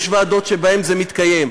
יש ועדות שבהן זה מתקיים,